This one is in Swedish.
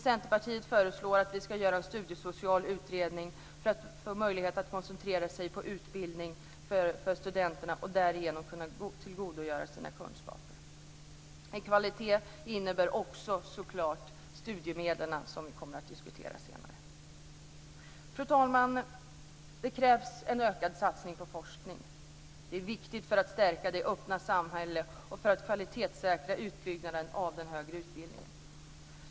Centerpartiet föreslår en studiesocial utredning i syfte att göra det möjligt för studenterna att koncentrera sig på utbildningen och därigenom tillgodogöra sig kunskaperna. Kvalitet innefattar också så klart studiemedlen, som vi kommer att diskutera senare. Fru talman! Det krävs en ökad satsning på forskning. Det är viktigt för att stärka det öppna samhället och för att kvalitetssäkra utbyggnaden av den högre utbildningen.